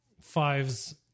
fives